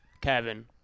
Kevin